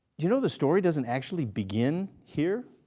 you know the story doesn't actually begin here.